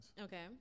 Okay